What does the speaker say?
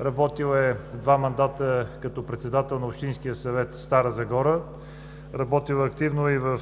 Работил е два мандата като председател на Общинския съвет – Стара Загора. Работил е активно и в